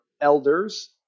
elders